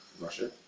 Russia